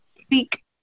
speak